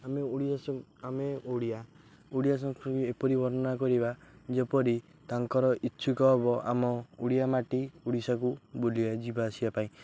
ଆମେ ଓଡ଼ିଆ ଆମେ ଓଡ଼ିଆ ଓଡ଼ିଆ ସଂସ୍କୃତି ଏପରି ବର୍ଣ୍ଣନା କରିବା ଯେପରି ତାଙ୍କର ଇଚ୍ଛୁକ ହେବ ଆମ ଓଡ଼ିଆ ମାଟି ଓଡ଼ିଶାକୁ ବୁଲିବା ଯିବା ଆସିବା ପାଇଁ